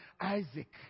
Isaac